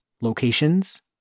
locations